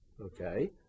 okay